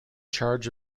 charge